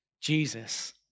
Jesus